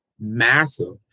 massive